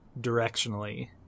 directionally